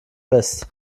west